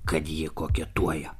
kad ji koketuoja